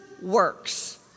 works